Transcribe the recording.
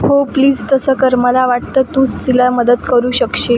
हो प्लीज तसं कर मला वाटतं तूच तिला मदत करू शकशील